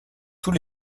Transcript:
tous